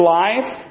life